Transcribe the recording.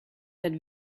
had